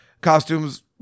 costumes